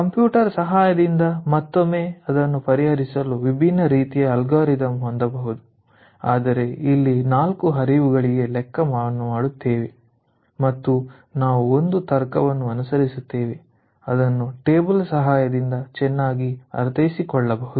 computer ಸಹಾಯದಿಂದ ಮತ್ತೊಮ್ಮೆ ಅದನ್ನು ಪರಿಹರಿಸಲು ವಿಭಿನ್ನ ರೀತಿಯ ಅಲ್ಗಾರಿದಮ್ ಹೊಂದಬಹುದು ಆದರೆ ಇಲ್ಲಿ ನಾಲ್ಕು ಹರಿವುಗಳಿಗೆ ಲೆಕ್ಕಾವನ್ನು ಮಾಡುತ್ತೇವೆ ಮತ್ತು ನಾವು ಒಂದು ತರ್ಕವನ್ನು ಅನುಸರಿಸುತ್ತೇವೆ ಅದನ್ನು ಟೇಬಲ್ ಸಹಾಯದಿಂದ ಚೆನ್ನಾಗಿ ಅರ್ಥೈಸಿಕೊಳ್ಳಬಹುದು